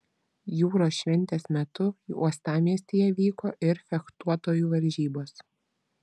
jūros šventės metu uostamiestyje vyko ir fechtuotojų varžybos